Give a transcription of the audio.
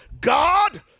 God